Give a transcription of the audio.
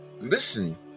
listen